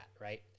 right